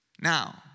Now